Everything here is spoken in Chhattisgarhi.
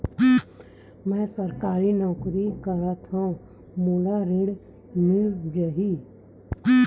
मै सरकारी नौकरी करथव मोला ऋण मिल जाही?